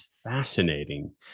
fascinating